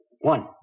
One